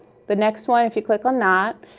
the next one, if you click on that,